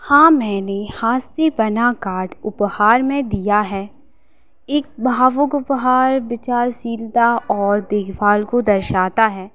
हाँ मैंने हाथ से बना कार्ड उपहार में दिया है एक भावुक उपहार विचारशीलता और देखभाल को दर्शाता है